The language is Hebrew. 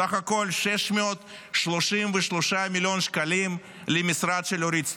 וסך הכול 633 מיליון שקלים למשרד של אורית סטרוק.